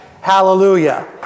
Hallelujah